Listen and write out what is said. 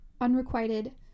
unrequited